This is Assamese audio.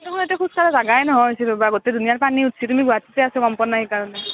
আমাৰ দেখো ইয়াতে খোজ কঢ়াৰ জেগাই নোহোৱা হৈছি ৰ'বা গোটেই দুনিয়াত পানী উঠ্চি তুমি গুৱাহাটীতে আছ' গম পোৱা নাই সেইকাৰণে